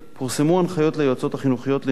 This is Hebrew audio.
פורסמו הנחיות ליועצות החינוכיות לניהול